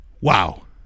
Wow